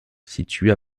située